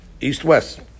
east-west